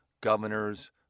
governors